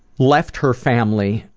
left her family,